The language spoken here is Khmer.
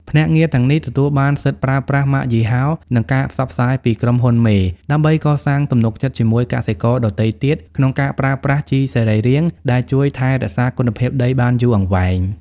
ភ្នាក់ងារទាំងនេះទទួលបានសិទ្ធិប្រើប្រាស់ម៉ាកយីហោ និងការផ្សព្វផ្សាយពីក្រុមហ៊ុនមេ ដើម្បីកសាងទំនុកចិត្តជាមួយកសិករដទៃទៀតក្នុងការប្រើប្រាស់ជីសរីរាង្គដែលជួយថែរក្សាគុណភាពដីបានយូរអង្វែង។